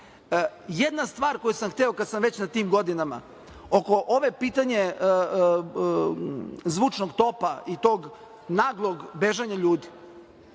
stvar koju sam hteo kad sam već na tim godinama, a oko ovog pitanja zvučnog topa i tog naglog bežanja ljudi.